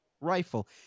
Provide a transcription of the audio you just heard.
rifle